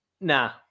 Nah